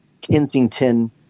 Kensington